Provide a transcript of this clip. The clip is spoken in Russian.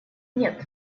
нет